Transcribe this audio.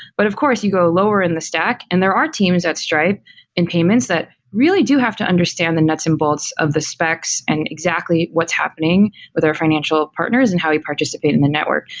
but of course, you go lower in the stack and there are teams at stripe and payments that really do have to understand the nuts and bolts of the specs, and exactly what's happening with our financial partners and how we participate in the network.